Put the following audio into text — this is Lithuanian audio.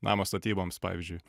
namo statyboms pavyzdžiui